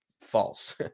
False